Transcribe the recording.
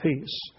peace